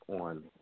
on